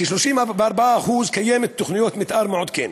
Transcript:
כ-34%, קיימת תוכנית מתאר מעודכנת,